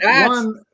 one